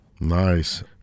nice